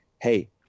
hey